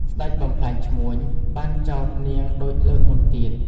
ស្ដេចបំផ្លាញឈ្មួញ បានចោទនាងដូចលើកមុនទៀត ។